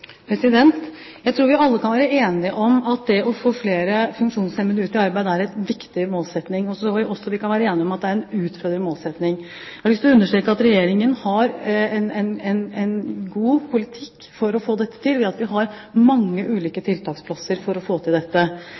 Jeg tror vi alle kan være enige om at det å få flere funksjonshemmede ut i arbeid, er en viktig målsetting. Så tror jeg også vi kan være enige om at det er en utfordrende målsetting. Jeg har lyst til å understreke at Regjeringen har en god politikk for å få dette til ved at vi har mange ulike tiltaksplasser. Så kan man godt mene at det kan være behov for ordninger utover dette,